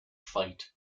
fight